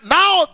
now